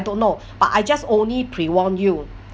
don't know but I just only pre warn you